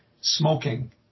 Smoking